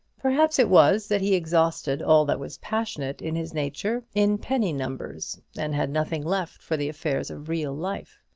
perhaps it was that he exhausted all that was passionate in his nature in penny numbers, and had nothing left for the affairs of real life.